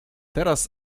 teraz